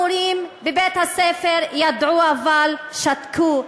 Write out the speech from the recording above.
המורים בבית-הספר, ידעו אבל שתקו.